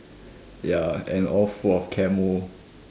ya and all full of camo